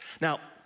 Now